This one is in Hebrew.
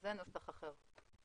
זה נוסח אחר.